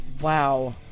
Wow